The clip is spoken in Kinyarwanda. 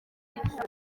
icyo